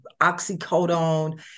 oxycodone